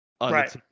Right